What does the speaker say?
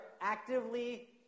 actively